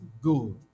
good